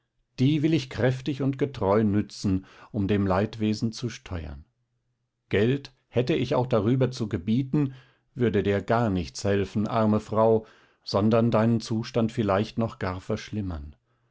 die will ich kräftig und getreu nützen um dem leidwesen zu steuern geld hätte ich auch darüber zu gebieten würde dir gar nichts helfen arme frau sondern deinen zustand vielleicht noch gar verschlimmern